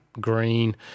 green